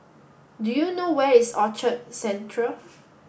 do you know where is Orchard Central